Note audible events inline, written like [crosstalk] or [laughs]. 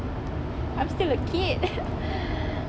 I'm still a kid [laughs]